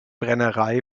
brennerei